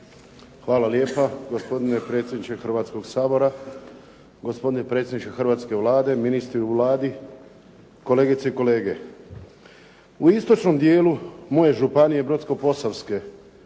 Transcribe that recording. Hvala lijepa. Gospodine predsjedniče Hrvatskoga sabora, gospodine predsjedniče hrvatske Vlade, ministri u Vladi, kolegice i kolege. U istočnom dijelu moje županije Brodsko-posavske